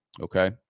Okay